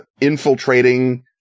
infiltrating